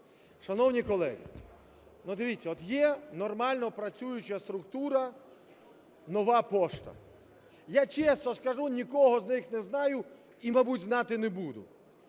Шановні колеги, дивіться, є нормально працююча структура "Нова пошта". Я чесно скажу, нікого з них не знаю, і, мабуть, знати не буду.